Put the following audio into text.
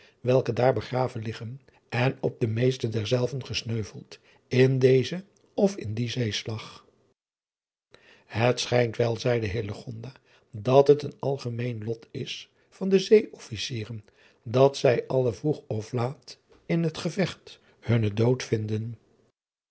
welke daar begraven liggen en op de meeste derzelven gesneuveld in dezen of in dien eeslag et schijnt wel zeide dat het een algemeen lot is van de ee officieren dat zij alle vroeg of laat in het gevecht hunnen dood vinden